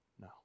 No